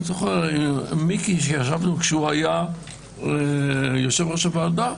כשמיקי היה יושב-ראש הוועדה,